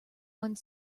one